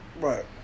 Right